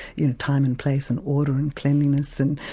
you know, time and place and order and cleanliness and,